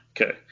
okay